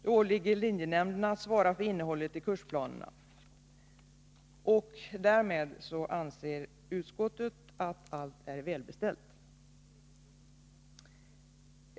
Det åligger linjenämnderna att svara för innehållet i kursplanerna. Därmed anser utskottet att allt är välbeställt.